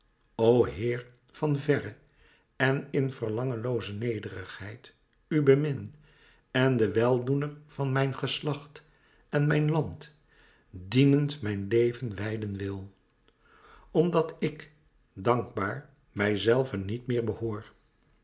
o heer van verre en in verlangenlooze nederigheid u bemin en den weldoener van mijn geslacht en mijn land dienend mijn leven wijden wil omdat ik dankbaar mijzelve niet meer behoor